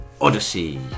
Odyssey